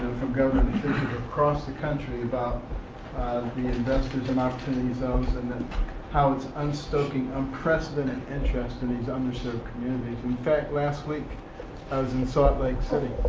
from government officials across the country about the investors in opportunity zones and how it's un stoking unprecedented interest in these underserved communities. and, in fact, last week i was in salt lake city,